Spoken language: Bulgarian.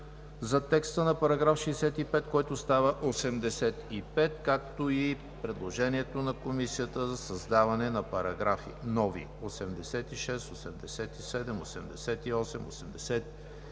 за текста на § 65, който става § 85, както и предложението на Комисията за създаване на нови параграфи 86, 87, 88, 89